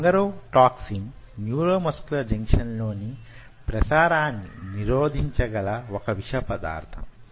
bungarotoxin neuromuscular junction లోని ప్రసారాన్ని నిరోధించగల వొక విష పదార్థం